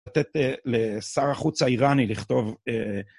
לתת לשר החוץ האיראני לכתוב אה